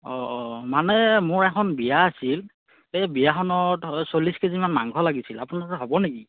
অ অ মানে মোৰ এখন বিয়া আছিল এই বিয়াখনত চল্লিছ কেজিমান মাংস লাগিছিল আপোনাৰ হ'ব নেকি